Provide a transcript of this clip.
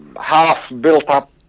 half-built-up